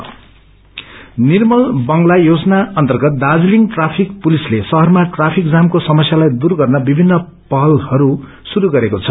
traffic Nirmal Bangla योजना अर्न्तगत Darjeeling traffic पुलिसले शहरमा ट्राफिक जामको समस्यालाई दूर गर्न विभिन्न पहलहरू श्रुरू गरेको छ